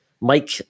Mike